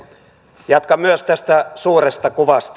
jatkan myös tästä suuresta kuvasta